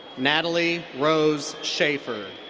natalie rose shafer.